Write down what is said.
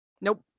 nope